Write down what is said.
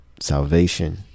salvation